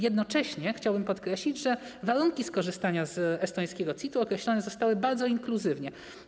Jednocześnie chciałbym podkreślić, że warunki skorzystania z estońskiego CIT-u określone zostały bardzo inkluzywnie.